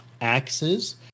Axes